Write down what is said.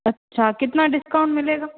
अच्छा कितना डिस्काउंट मिलेगा